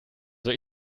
soll